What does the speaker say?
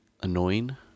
annoying